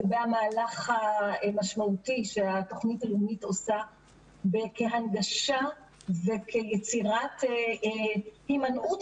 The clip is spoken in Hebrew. זה לגבי המהלך המשמעותי שהתוכנית הלאומית עושה כהנגשה וכיצירת הימנעות